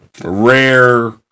rare